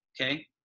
okay